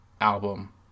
album